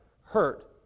hurt